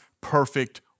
perfect